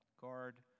guard